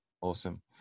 Awesome